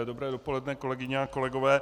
Dobré dopoledne, kolegyně a kolegové.